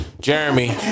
Jeremy